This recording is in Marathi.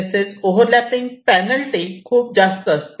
तसेच ओव्हर लॅपिंग पेनल्टी खूप जास्त असते